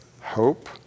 hope